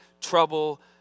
trouble